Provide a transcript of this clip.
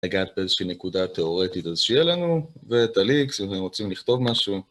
נגעת באיזושהי נקודה תאורטית, אז שיהיה לנו...על איקס, אם רוצים לכתוב משהו.